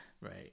Right